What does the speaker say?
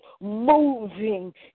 moving